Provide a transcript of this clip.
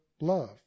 love